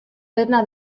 dena